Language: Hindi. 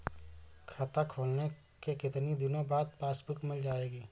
खाता खोलने के कितनी दिनो बाद पासबुक मिल जाएगी?